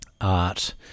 art